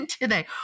today